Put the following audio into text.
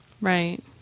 right